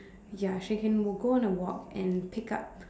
ya she can w~ go on a walk and pick up